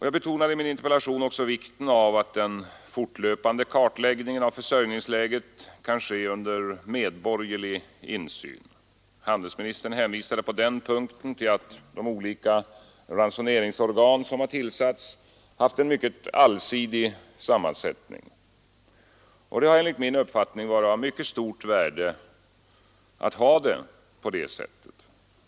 Jag betonade i min interpellation också vikten av att den fortlöpande kartläggningen av försörjningsläget kan ske under medborgerlig insyn. Handelsministern hänvisar på den punkten till att de olika ransoneringsorgan som tillsatts haft en mycket allsidig sammansättning. Det har enligt min uppfattning varit av mycket stort värde att ha det på det sättet.